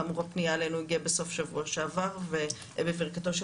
כאמור הפניה אלינו הגיעה בסוף שבוע שעבר ובברכתו של